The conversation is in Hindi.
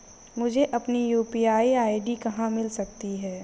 मुझे अपनी यू.पी.आई आई.डी कहां मिल सकती है?